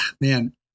man